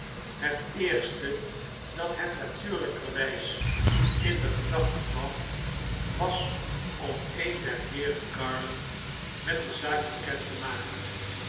het eerste dat hem natuurlijkerwijs in de gedachten kwam was om een der heeren garland met de zaak bekend te maken